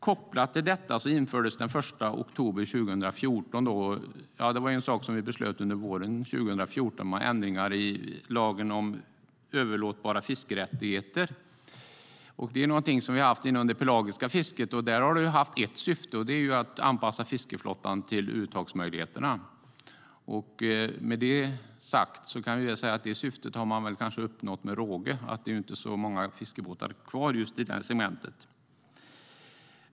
Kopplat till detta infördes den 1 oktober 2014 ändringar i lagen om överlåtbara fiskerättigheter. Det beslutade vi om under våren 2014. Vi har haft överlåtbarhet inom det pelagiska fisket, där det har haft ett syfte, nämligen att anpassa fiskeflottan till uttagsmöjligheterna. Med det sagt kanske syftet har uppnåtts med råge - det finns inte så många fiskebåtar kvar i just det segmentet.